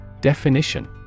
Definition